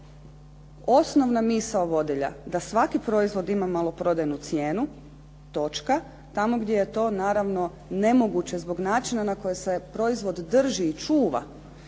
osnovna misao vodilja da svaki proizvod ima maloprodajnu cijenu točka tamo gdje je to naravno nemoguće zbog načina na koji se proizvod drži i čuva,